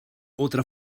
otra